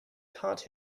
taught